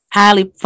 highly